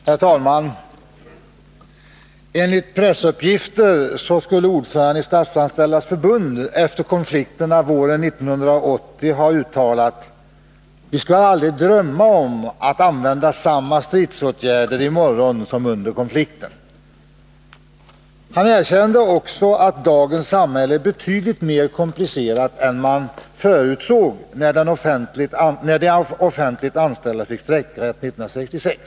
Herr talman! Enligt pressuppgifter skulle ordföranden i Statsanställdas förbund efter konflikterna våren 1980 ha uttalat: ”Vi skulle aldrig drömma om att använda samma stridsåtgärder i morgon som under konflikten!” Han erkände också, att dagens samhälle är betydligt mer komplicerat än man förutsåg, när de offentligt anställda fick strejkrätt 1966.